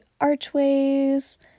archways